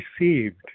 received